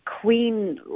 queen